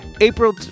April